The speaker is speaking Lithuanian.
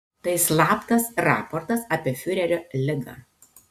tai slaptas raportas apie fiurerio ligą